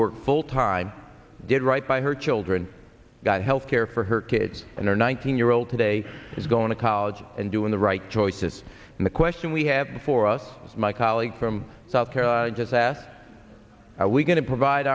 worked full time did right by her children got health care for her kids and her nineteen year old today is going to college and doing the right choices and the question we have before us as my colleague from south carolina has asked are we going to provide